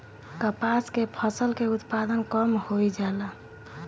कपास के फसल के उत्पादन कम होइ जाला?